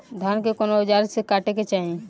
धान के कउन औजार से काटे के चाही?